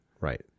right